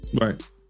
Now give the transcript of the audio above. Right